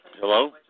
Hello